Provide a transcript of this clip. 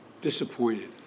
disappointed